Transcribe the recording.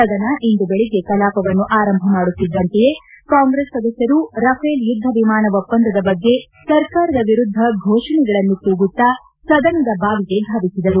ಸದನ ಇಂದು ಬೆಳಗ್ಗೆ ಕಲಾಪವನ್ನು ಆರಂಭ ಮಾಡುತ್ತಿದ್ದಂತೆಯೇ ಕಾಂಗ್ರೆಸ್ ಸದಸ್ವರು ರಫೇಲ್ ಯುದ್ದ ವಿಮಾನ ಒಪ್ಪಂದದ ಬಗ್ಗೆ ಸರ್ಕಾರದ ವಿರುದ್ದ ಘೋಷಣೆಗಳನ್ನು ಕೂಗುತ್ತಾ ಸದನದ ಬಾವಿಗೆ ಧಾವಿಸಿದರು